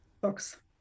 books